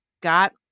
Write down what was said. got